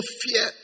fear